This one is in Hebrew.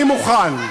אני מוכן.